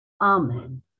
Amen